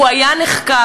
הוא היה נחקק.